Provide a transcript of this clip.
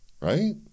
right